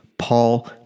Paul